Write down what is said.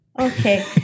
Okay